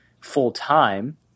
full-time